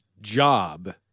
job